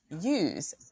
use